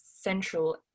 central